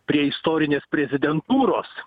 prie istorinės prezidentūros